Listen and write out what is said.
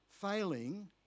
failing